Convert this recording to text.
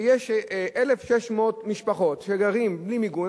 שיש 1,600 משפחות שגרות בלי מיגון.